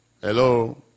Hello